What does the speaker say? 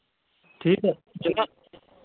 ٹھیٖک حظ ٹھیٖک حظ جِناب